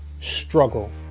struggle